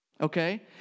okay